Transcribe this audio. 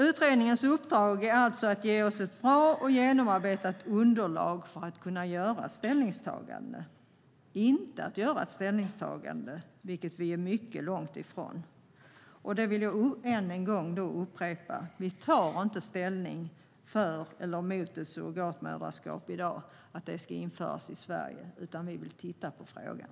Utredningens uppdrag är alltså att ge oss ett bra och genomarbetat underlag för att vi senare ska kunna ta ställning. Jag vill än en gång upprepa att vi inte tar ställning för eller emot att surrogatmoderskap ska införas i Sverige i dag. Vi vill titta på frågan.